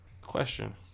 Question